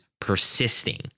persisting